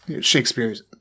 Shakespeare's